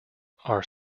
are